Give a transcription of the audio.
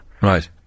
Right